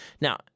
Now